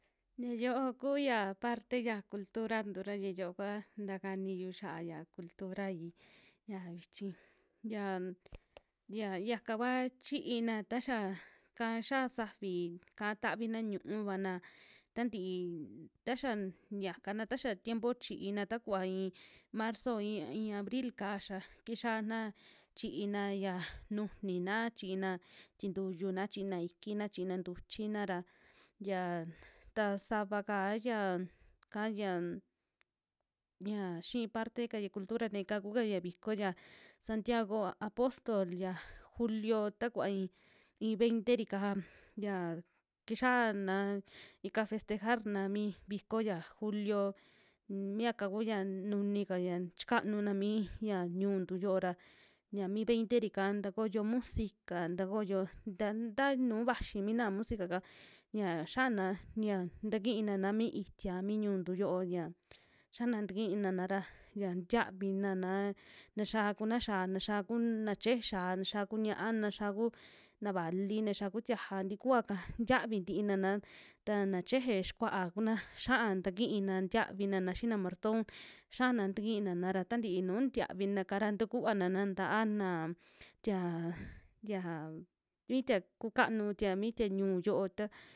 Yia yoo kuya parte ya cultura ntu ra ya yoo kua takaniyu xia'a, ya culturai ya vichi yan, ya yaka kuva chii'na taxa kaxia safii ka tavina ñu'uvana tantii, taxa yakana taxa tiempo chiina taku i'i marzo a i'i, in abril'ka xa kixiana chii'na yaa nujuni, chii'na ttintuyuna, chii'na ikina, chii'na ntuchina ra, yia ta sava kaa yia ka yia yia xii parte ka ya cultura teka kuka ya viko ya santiago apostol ya julio takuva i'i veinteri'ka yia kixiana ika festejar'na mi viko ya julio unmiaka ya nuni kaya chikanuna mii ya ñu'untu yo'o ra ñia mi veinteri'ka takoyo musica, takoyo ta nta nuu vaxi mina musica'ka ñia xiana yia takinana mi itia mi ñu'untu yo'o ya, yana takinana ra, ya tiavinana ta xiaa kuna xaa, taxaa kuna cheje xaa, taxia ku ñia'a taxia kuu na vali, taxia ku tiaja tikuaka ntiavi ntiina'na tana na cheje xikua'a kuna xiaa takiina, ntiavina'na xii na marton xa'ana takina'na ra ta ntii nu tiavina'ka ra takuvana'na ntaa naa tia yaa mi tia ku kanu, tia mitia ñu'un yo'o ta.